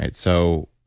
and so,